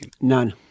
None